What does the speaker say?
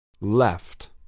Left